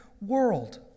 world